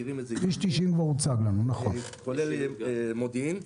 כולל מודיעין.